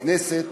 בכנסת,